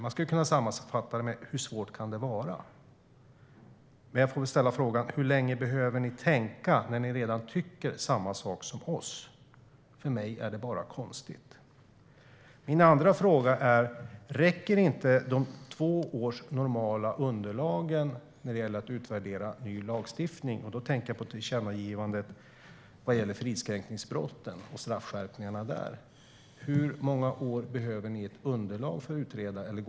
Man skulle kunna sammanfatta det med: Hur svårt kan det vara? Men jag får väl ställa frågan: Hur länge behöver ni tänka när ni redan tycker samma sak som vi? För mig är det bara konstigt. Min nästa fråga är: Räcker inte de normala två årens underlag när det gäller att utvärdera ny lagstiftning? Då tänker jag på tillkännagivandet vad gäller fridskränkningsbrott och straffskärpningarna där. För hur många år behöver ni ett underlag för att utreda?